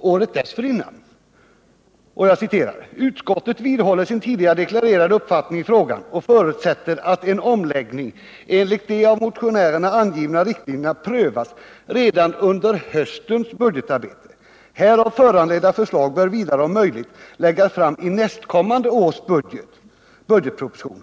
året dessförinnan: ”Utskottet vidhåller sin tidigare deklarerade uppfattning i frågan och förutsätter att en omläggning enligt de av motionärerna angivna riktlinjerna prövas redan under höstens budgetarbete. Härav föranledda förslag bör vidare om möjligt läggas fram i nästkommande års budgetproposition.